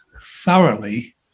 thoroughly